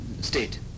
state